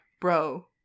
bro